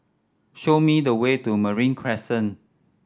show me the way to Marine Crescent